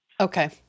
Okay